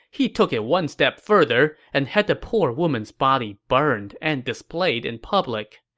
he took it one step further and had the poor woman's body burned and displayed in public.